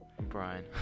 Brian